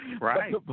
Right